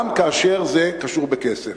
גם כאשר זה קשור בכסף.